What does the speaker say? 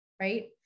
right